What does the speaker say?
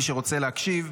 מי שרוצה להקשיב,